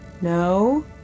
No